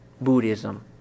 Buddhism